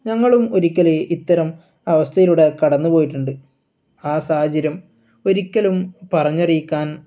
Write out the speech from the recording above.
ഞങ്ങളും ഒരിക്കൽ ഇത്തരം അവസ്ഥയിലൂടെ കടന്ന് പോയിട്ടുണ്ട് ആ സാഹചര്യം ഒരിക്കലും പറഞ്ഞറിയിക്കാൻ